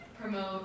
promote